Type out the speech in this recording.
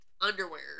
underwear